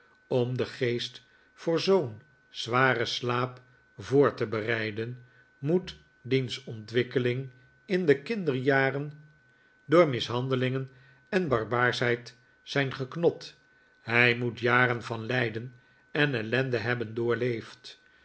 om den geest voor zoo'n zwaren slaap voor te bereiden moet diens ontwikkeling in de kinderjaren door mishandelingen en barbaarschheid zijn geknot hij moet jaren van lijden en ellende hebben doorleefd